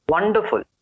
Wonderful